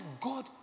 God